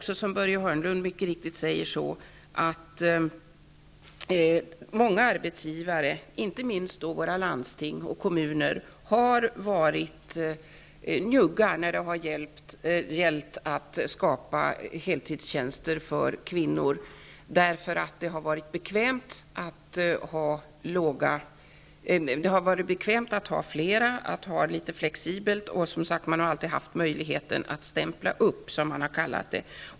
Som Börje Hörnlund mycket riktigt säger har många arbetsgivare, inte minst våra landsting och kommuner, varit njugga när det har gällt att skapa heltidstjänster för kvinnor. Det har varit bekvämt att ha flera anställda och att ha det litet flexibelt. Man har alltid haft möjlighet att ''stämpla upp'', som det har kallats.